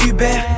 Uber